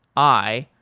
i,